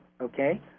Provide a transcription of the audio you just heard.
okay